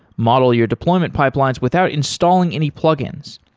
model your deployment pipelines without installing any plugins.